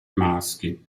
maschi